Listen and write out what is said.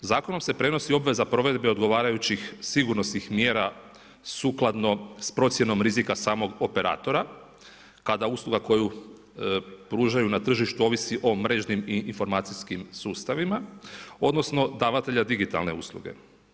Zakonom se prenosi obveza provedbe odgovarajućih sigurnosnih mjera sukladno s procjenom rizika samog operatora kada usluga koju pružaju na tržištu ovisi o mrežnim i informacijskim sustavima odnosno davatelja digitalne usluge.